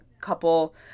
couple